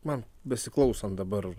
man besiklausant dabar